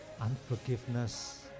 unforgiveness